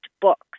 books